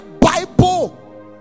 Bible